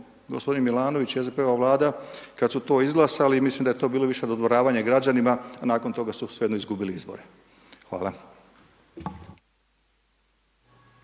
gospodin Milanović i SDP-ova vlada kad su to izglasali mislim da je to bilo više dodvoravanje građanima, a nakon toga su svejedno izgubili izbore. Hvala.